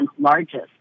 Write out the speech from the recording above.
largest